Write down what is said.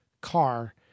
car